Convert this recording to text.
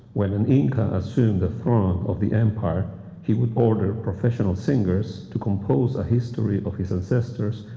when an inca assumed the throne of the empire he would order professional singers to compose a history of his ancestors,